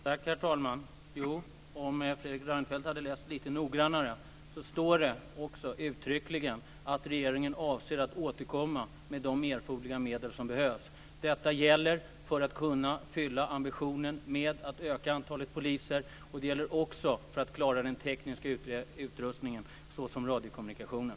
Herr talman! Jo, om Fredrik Reinfeldt hade läst lite noggrannare skulle han ha sett att det uttryckligen står att regeringen avser att återkomma med de medel som behövs. Detta gäller för att kunna uppfylla ambitionen med att öka antalet poliser, och det gäller också för att klara den tekniska utrustningen såsom radiokommunikationen.